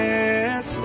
Yes